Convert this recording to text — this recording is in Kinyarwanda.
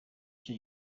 cyo